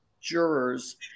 jurors